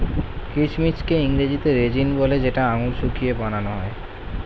কিচমিচকে ইংরেজিতে রেজিন বলে যেটা আঙুর শুকিয়ে বানান হয়